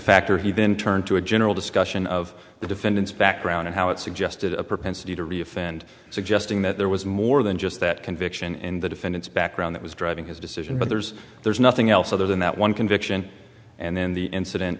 factor he then turned to a general discussion of the defendant's background and how it suggested a propensity to reoffend suggesting that there was more than just that conviction in the defendant's background that was driving his decision but there's there's nothing else other than that one conviction and then the incident